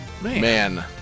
Man